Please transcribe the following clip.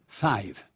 Five